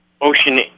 ocean